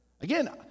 Again